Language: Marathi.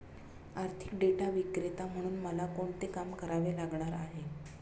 आर्थिक डेटा विक्रेता म्हणून मला कोणते काम करावे लागणार आहे?